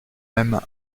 même